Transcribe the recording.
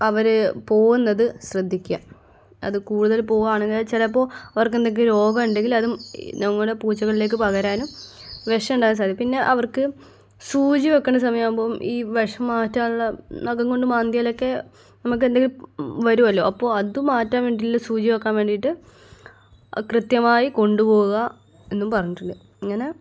അവർ പോവുന്നത് ശ്രദ്ധിക്കുക അത് കൂടുതൽ പോവാണെങ്കിൽ അത് ചിലപ്പോൾ അവർക്ക് എന്തെങ്കിലും രോഗം ഉണ്ടെങ്കിൽ അത് നമ്മുടെ പൂച്ചകളിലേക്ക് പകരാനും വിഷം ഉണ്ടാവാൻ സാധ്യ പിന്നെ അവർക്ക് സൂചി വയ്ക്കുന്ന സമയം ആവുമ്പം ഈ വിഷം മാറ്റാനുള്ള നഖം കൊണ്ട് മാന്തിയാലൊക്കെ നമുക്കെന്തെങ്കിലും വരുവല്ലൊ അപ്പോൾ അത് മാറ്റാൻ വേണ്ടിയുള്ള സൂചി വയ്ക്കാൻ വേണ്ടിയിട്ട് കൃത്യമായി കൊണ്ടുപോവുക എന്നും പറഞ്ഞിട്ടുണ്ട് അങ്ങനെ